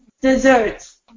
desserts